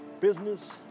Business